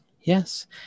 Yes